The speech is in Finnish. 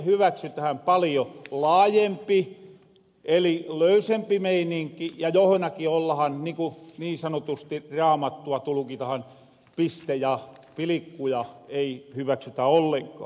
jossakin hyväksytähän palajo laajempi eli löysempi meininki ja johonaki ollahan niiku että niin sanotusti raamattua tulkitahan piste ja pilikku ja ei hyväksytä ollenkaa